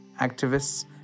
activists